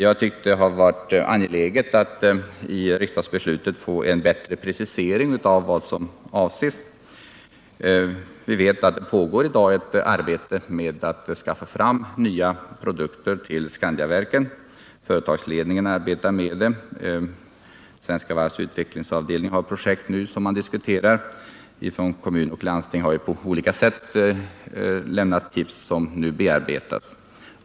Vi har ansett det angeläget att i riksdagsbeslutet få en bättre precisering av vad som avses. Vi vet att det i dag pågår arbete med att skaffa fram nya produkter till Skandiaverken. Svenska Varvs utvecklingsavdelning har projekt som man nu diskuterar, och kommun och landsting har på olika sätt lämnat tips som nu bearbetas.